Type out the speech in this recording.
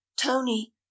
tony